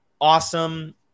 awesome